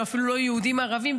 אפילו לא יהודים ערבים,